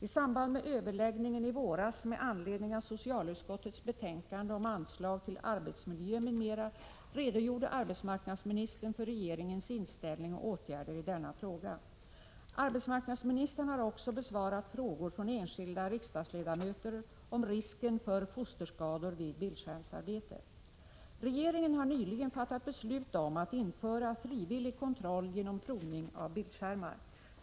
I samband med överläggningen i våras med anledning av socialutskottets betänkande från enskilda riksdagsledamöter om risken för fosterskador vid bildskärmsarbete. Regeringen har nyligen fattat beslut om att införa frivillig kontroll genom provning av bildskärmar.